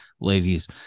ladies